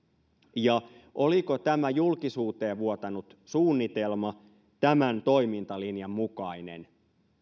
ja oliko tämä julkisuuteen vuotanut suunnitelma tämän toimintalinjan mukainen